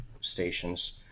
stations